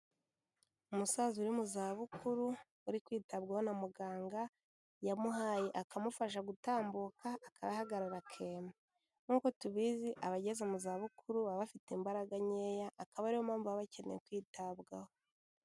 Umusaza uri mu zabukuru, uri kwitabwaho na muganga, yamuhaye akamufasha gutambuka agahagarara akema. Nkuko tubizi abageze mu zabukuru baba bafite imbaraga nkeya, akaba ari yo mpamvu baba bakeneye kwitabwaho.